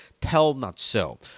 tell-not-so